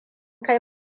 kai